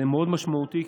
זה משמעותי מאוד,